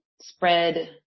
spread